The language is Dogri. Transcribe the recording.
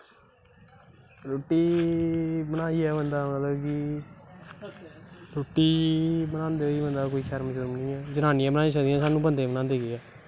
रुट्टी बनइयै बंदा मतलब की रुट्टी बनांदे बंदा कोई शर्म शुर्म निं ऐ जनानियां बनाई सकदियां सानूं बंदें गी बनांदे केह् ऐ